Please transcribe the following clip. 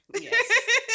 Yes